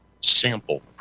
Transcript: sample